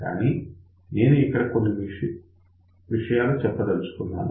కానీ నేను ఇక్కడ కొన్ని ముఖ్యమైన విషయాలు చెప్పదలచుకున్నాను